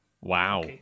wow